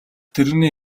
тэрэгний